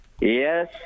Yes